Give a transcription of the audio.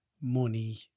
money